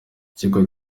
ikigo